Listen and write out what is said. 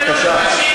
בבקשה,